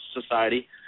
society